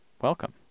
welcome